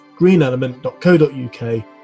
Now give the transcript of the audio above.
greenelement.co.uk